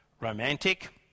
romantic